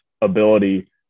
ability